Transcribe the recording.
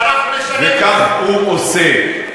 וכך הוא עושה.